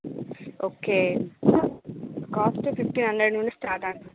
okay cost fifteen hundred నుండి స్టార్టా